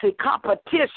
competition